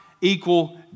equal